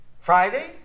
Friday